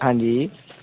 ਹਾਂਜੀ